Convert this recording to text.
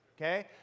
Okay